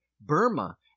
Burma